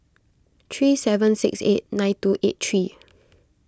three seven six eight nine two eight three